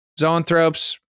zoanthropes